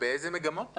באיזה מגמות את?